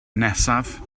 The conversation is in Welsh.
nesaf